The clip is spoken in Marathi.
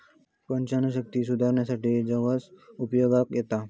पचनशक्ती सुधारूसाठी जवस उपयोगाक येता